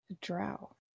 drow